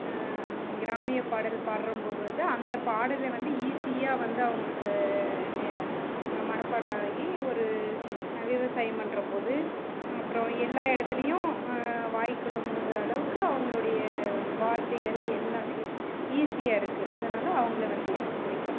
கிராமிய பாடல் பாடுறம் போது வந்து அந்த பாடலை வந்து ஈசியாக வந்து அவங்களுக்கு நெ மனப்பாடம் ஆகி ஒரு விவசாயம் பண்ணும் போது அப்புறோம் எல்லா இடத்துலையும் வாய்க்குள்ள முணுங்குற அளவுக்கு அவங்களுடைய வார்த்தைகள் எல்லாமே ஈசியாக இருக்குது அதனால அவங்கள வந்து எனக்கு பிடிக்கும்